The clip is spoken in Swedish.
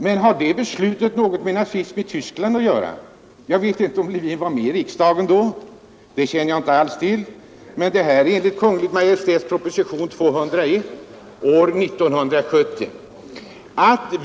Men har det beslutet något med nazism i Tyskland att göra måste riksdagen anklagas för nazism. Jag känner inte till om herr Levin var med i riksdagen då, men detta beslut fattades på grundval av Kungl. Maj:ts proposition nr 201 år 1970.